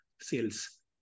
sales